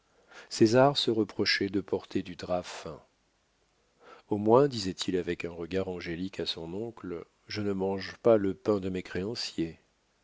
stupide césar se reprochait de porter du drap fin au moins disait-il avec un regard angélique à son oncle je ne mange pas le pain de mes créanciers